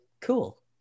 cool